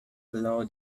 below